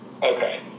Okay